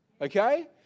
okay